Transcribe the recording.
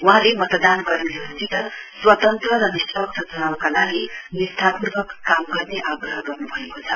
वहाँले मतदाता कर्मीहरुसित स्वतन्त्र र निस्पक्ष चुनावका लागि निष्ठा पूर्वक काम गर्ने आग्रह गर्नुभएको छ